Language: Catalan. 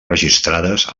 registrades